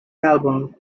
album